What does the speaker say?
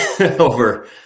over